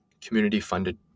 community-funded